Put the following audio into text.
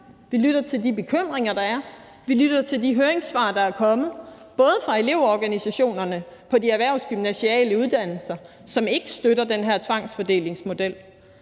vi lytter til de bekymringer, der er, vi lytter til de høringssvar, der er kommet, både fra elevorganisationerne på de erhvervsgymnasiale uddannelser, som ikke støtter den her tvangsfordelingsmodel,